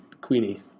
Queenie